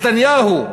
נתניהו,